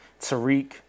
Tariq